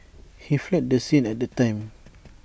he fled the scene at that time